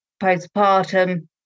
postpartum